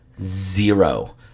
zero